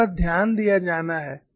इस पर ध्यान दिया जाना है